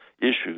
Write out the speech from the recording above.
issues